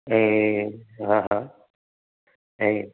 ऐं हा हा ऐं